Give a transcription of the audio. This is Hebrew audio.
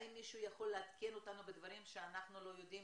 האם מישהו יכול לעדכן אותנו בדברים שאנחנו לא יודעים